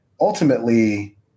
ultimately